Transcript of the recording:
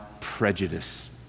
prejudice